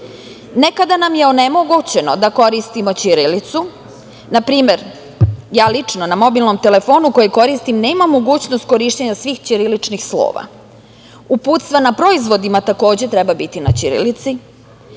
Nekada nam je onemogućeno da koristimo ćirilicu. Na primer, ja lično, na mobilnom telefonu koji koristim nemam mogućnost korišćenja svih ćiriličnih slova. Uputstva na proizvodima takođe treba biti na ćirilici.